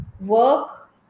work